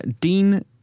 Dean